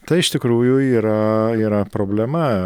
tai iš tikrųjų yra yra problema